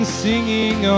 singing